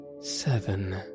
seven